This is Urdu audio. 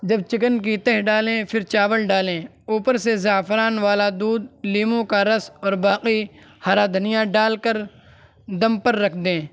جب چکن کی تہہ ڈالیں پھر چاول ڈالیں اوپر سے زعفران والا دودھ لیمو کا رس اور باقی ہرا دھنیا ڈال کر دم پر رکھ دیں